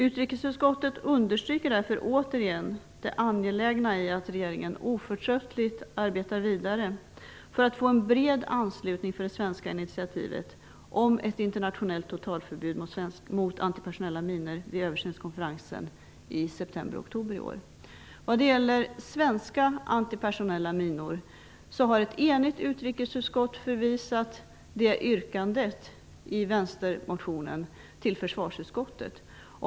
Utrikesutskottet understryker därför återigen det angelägna i att regeringen oförtröttligt arbetar vidare för att få en bred anslutning till det svenska initiativet om ett internationellt totalförbud mot antipersonella minor vid översynskonferensen i september - oktober i år. När det gäller svenska antipersonella minor har ett enigt utrikesutskott förvisat yrkandet i vänstermotionen till försvarsutskottet.